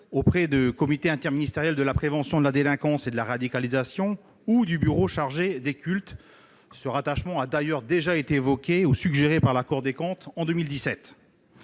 auprès du comité interministériel de la prévention de la délinquance et de la radicalisation ou du bureau central des cultes. Ce rattachement a d'ailleurs déjà été évoqué ou suggéré par la Cour des comptes en 2017.